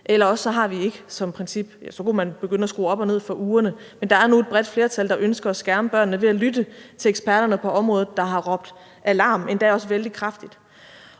eller også har vi ikke. Så kunne man begynde at skrue op og ned for ugerne, men der er nu et bredt flertal, der ønsker at skærme børnene ved at lytte til eksperterne på området, der har råbt vagt i gevær – endda også vældig kraftigt.